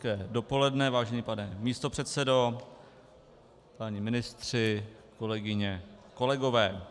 Hezké dopoledne, vážený pane místopředsedo, páni ministři, kolegyně, kolegové.